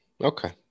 Okay